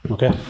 Okay